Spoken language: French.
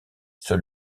sur